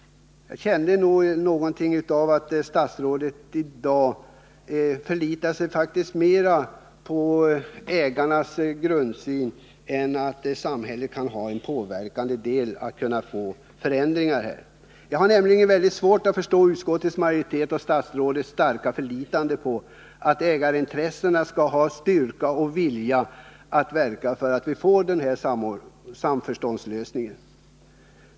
Jag känner att statsrådet förlitar sig mera på ägarna än på samhället när det gäller att här få till stånd förändringar. Man har verkligen svårt att förstå utskottsmajoritetens och statsrådets Åslings starka förlitande på att ägarintressena skall ha styrka och vilja att verka för en sarförståndslösning.